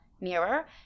mirror